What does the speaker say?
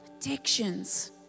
Addictions